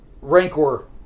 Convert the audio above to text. Rancor